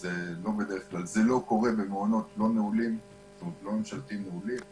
זה לא קורה במעונות ממשלתיים לא נעולים.